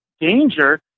danger